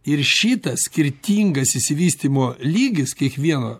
ir šitas skirtingas išsivystymo lygis kiekvieno